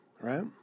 right